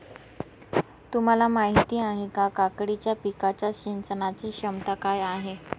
तुम्हाला माहिती आहे का, काकडीच्या पिकाच्या सिंचनाचे क्षमता काय आहे?